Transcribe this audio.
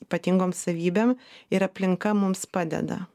ypatingom savybėm ir aplinka mums padeda